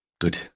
Good